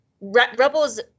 Rebels